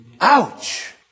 Ouch